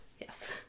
Yes